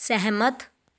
ਸਹਿਮਤ